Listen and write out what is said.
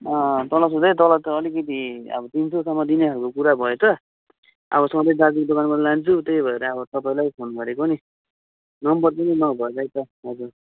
तल सोधेँ तल त अलिकति अब तीन सयसम्म दिने खाल्को कुरा भयो त अब सधैँ दाजुको दोकानबाट लान्छु त्यही भएर अब तपाईँलाई फोन गरेको नि नम्बर दिनु न भन्दैछ हजुर